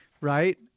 right